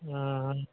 ம் ம்